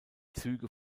züge